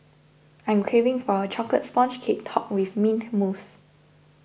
I am craving for a Chocolate Sponge Cake Topped with Mint Mousse